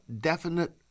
definite